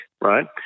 right